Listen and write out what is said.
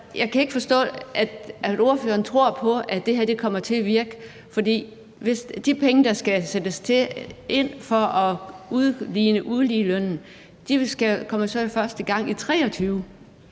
jeg kan ikke forstå, at ordføreren tror på, at det her kommer til at virke. For de penge, der skal sættes ind for at udligne uligelønnen, kommer jo så først i gang i 2023.